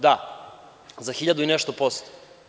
Da, za hiljadu i nešto posto.